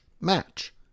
match